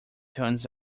turns